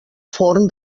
forn